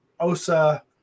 Osa